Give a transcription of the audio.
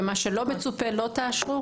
ומה שלא מצופה לא תאשרו?